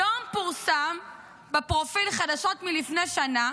היום פורסם בפרופיל "חדשות מלפני שנה"